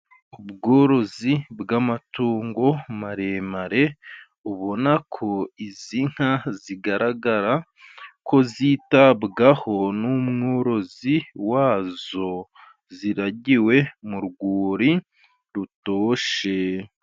Ubworozi bw'amatungo maremare, ubona ko izi nka zigaragara ko zitabwaho n'umworozi wazo, ziragiwe mu rwuri rutoshye.